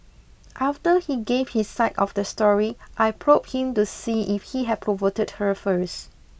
after he gave his side of the story I probed him to see if he had provoked her first